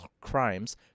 crimes